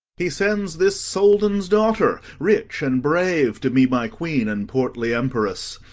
he sends this soldan's daughter rich and brave, to be my queen and portly emperess.